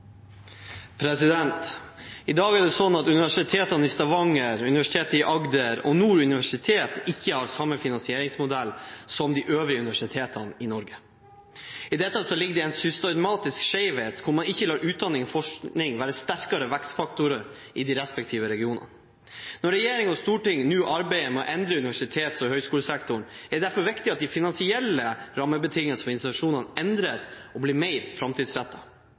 at Universitetet i Stavanger, Universitetet i Agder og Nord universitet ikke har samme finansieringsmodell som de øvrige universitetene i Norge. I dette ligger det en systematisk skjevhet, der man ikke lar utdanning og forskning være sterke vekstfaktorer i de respektive regionene. Når regjering og storting nå arbeider med å endre universitets- og høyskolesektoren, er det derfor viktig at de finansielle rammebetingelsene for institusjonene endres og blir mer